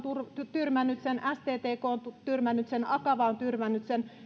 tyrmännyt sen sttk on tyrmännyt sen akava on tyrmännyt sen